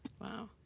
Wow